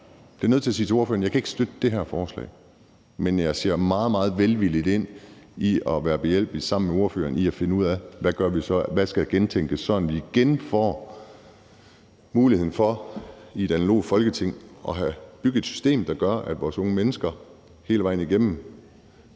jeg ikke kan støtte det her forslag. Men jeg ser meget, meget velvilligt på at være behjælpelig med sammen med ordføreren at finde ud af, hvad der skal gentænkes, sådan at vi igen får muligheden for i et analogt Folketing at bygge et system, der gør, at vores unge mennesker hele vejen igennem